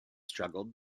struggled